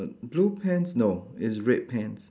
blue pants no it's red pants